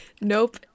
Nope